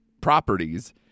properties